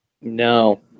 No